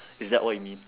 is that what you mean